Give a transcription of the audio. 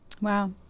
Wow